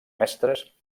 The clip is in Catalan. mestres